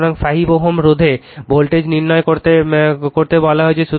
সুতরাং 5 Ω রোধে ভোল্টেজ নির্ণয় করতে বলা হয়েছে